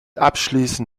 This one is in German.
abschließen